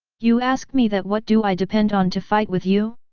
you ask me that what do i depend on to fight with you?